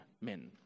men